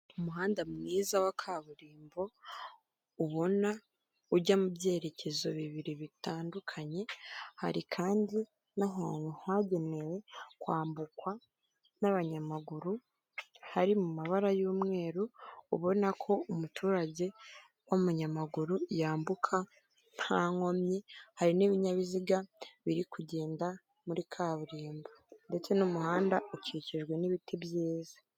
Umuhanda mwiza wa kaburimbo ubona ujya mu byerekezo bibiri bitandukanye, hari kandi n'ahantu hagenewe kwambukwa n'abanyamaguru, hari mu mabara y'umweru, ubona ko umuturage w'umunyamaguru yambuka nta nkomyi, hari n'ibinyabiziga biri kugenda muri kaburimbo ndetse n'umuhanda ukikijwe n'ibiti byiza.